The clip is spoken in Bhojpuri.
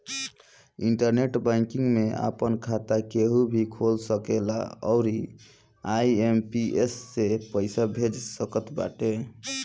इंटरनेट बैंकिंग में आपन खाता केहू भी खोल सकेला अउरी आई.एम.पी.एस से पईसा भेज सकत बाटे